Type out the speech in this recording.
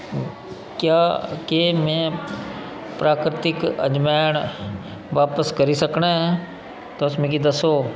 क्या केह् में प्राकृतिक अजवैन बापस करी सकनां ऐ तुस मिगी दस्सो